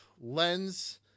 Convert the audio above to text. lens